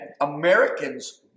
Americans